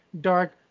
dark